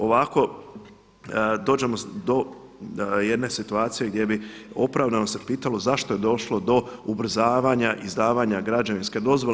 Ovako dođemo do jedne situacije gdje bi opravdano se pitalo zašto je došlo do ubrzavanja izdavanja građevinske dozvole.